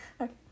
Okay